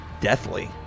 deathly